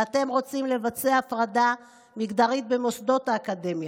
ואתם רוצים לבצע הפרדה מגדרית במוסדות האקדמיה,